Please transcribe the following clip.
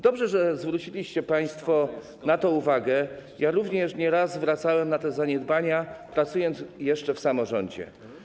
Dobrze, że zwróciliście państwo na to uwagę, ja również nie raz zwracałem uwagę na te zaniedbania, pracując jeszcze w samorządzie.